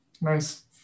nice